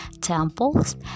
temples